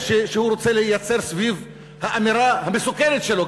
שהוא רוצה לייצר סביב האמירה המסוכנת שלו,